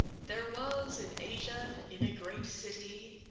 there was in asia, in a great city,